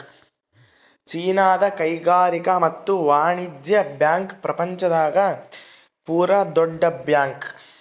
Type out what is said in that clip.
ಚೀನಾದ ಕೈಗಾರಿಕಾ ಮತ್ತು ವಾಣಿಜ್ಯ ಬ್ಯಾಂಕ್ ಪ್ರಪಂಚ ದಾಗ ಪೂರ ದೊಡ್ಡ ಬ್ಯಾಂಕ್